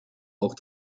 auch